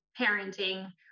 parenting